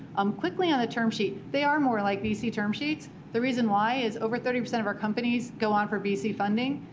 um quickly on the term sheet, they are more like vc term sheets. the reason why is over thirty percent of our companies go on for vc funding.